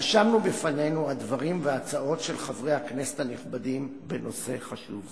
רשמנו בפנינו את הדברים וההצעות של חברי הכנסת הנכבדים בנושא חשוב זה.